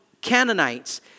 Canaanites